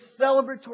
celebratory